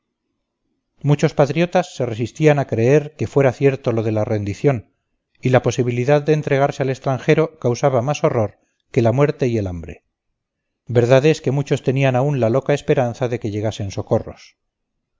muchos patriotas se resistían a creer que fuera cierto lo de la rendición y la posibilidad de entregarse al extranjero causaba más horror que la muerte y el hambre verdad es que muchos tenían aún la loca esperanza de que llegasen socorros